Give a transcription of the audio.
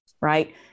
right